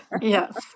yes